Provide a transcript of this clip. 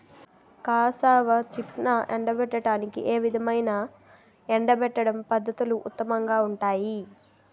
Cassava చిప్స్ను ఎండబెట్టడానికి ఏ విధమైన ఎండబెట్టడం పద్ధతులు ఉత్తమంగా ఉంటాయి?